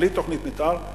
בלי תוכנית מיתאר,